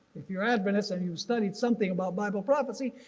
if you are adventist and you've studied something about bible prophecy,